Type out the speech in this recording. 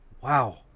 Wow